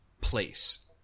place